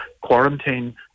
quarantine